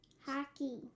Hockey